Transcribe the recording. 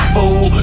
Fool